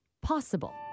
possible